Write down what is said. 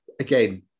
again